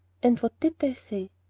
and what did they say?